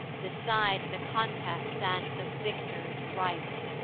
decide the contest, and the victor's right.